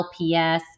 LPS